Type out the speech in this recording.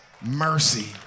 mercy